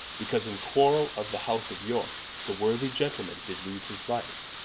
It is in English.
because in quarrell of the house of yorke, the worthy gentleman did lose his life